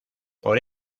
por